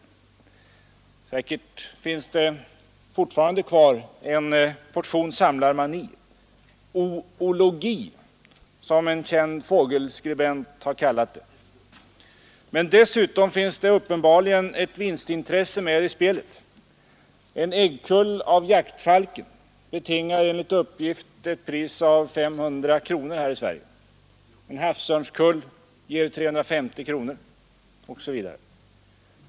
Säkert finns det fortfarande kvar en portion samlarmani — oologi, som en känd fågelskribent har kallat det. Men dessutom finns det uppenbarligen ett vinstintresse med i spelet. En äggkull av jaktfalken betingar enligt uppgift ett pris av 500 kronor här i Sverige, en havsörnskull ger 350 kronor osv.